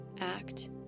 act